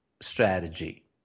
strategy